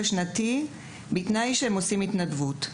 שנים בתנאי שהם ממלאים שעות עבור הקהילה.